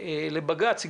לבג"ץ,